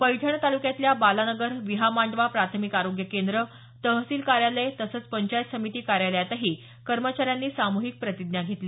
पैठण तालुक्यातल्या बालानगर विहामांडवा प्राथमिक आरोग्य केंद्र तहसील कार्यालय तसंच पंचायत समिती कार्यालयातही कर्मचाऱ्यांनी सामुहिक प्रतिज्ञा घेतली